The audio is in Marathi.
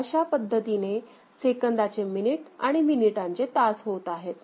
तर अशा पद्धतीने सेकंदाचे मिनिट आणि मिनिटांचे तास होत आहेत